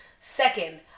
Second